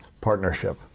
partnership